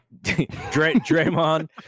Draymond